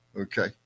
Okay